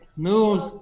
News